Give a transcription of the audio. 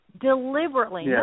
deliberately